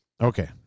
Okay